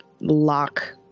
lock